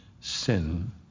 sin